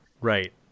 Right